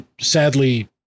sadly